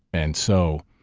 and so,